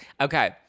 Okay